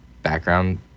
background